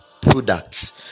products